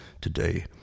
today